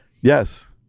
Yes